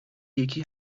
یکی